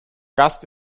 gast